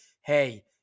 hey